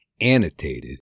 annotated